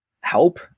help